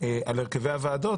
על הרכבי הוועדות,